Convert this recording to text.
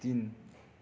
तिन